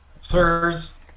Sirs